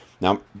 Now